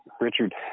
Richard